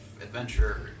adventure